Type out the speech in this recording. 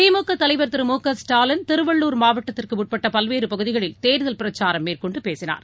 திமுகதலைவர் திரு மு க ஸ்டாலின் திருவள்ளுர் மாவட்டத்திற்குஉட்பட்டபல்வேறுபகுதிகளில் தேர்தல் பிரச்சாரம் மேற்கொண்டுபேசினார்